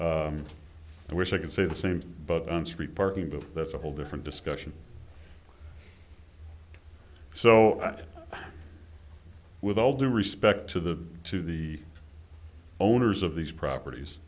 i wish i could say the same thing but on street parking but that's a whole different discussion so that with all due respect to the to the owners of these properties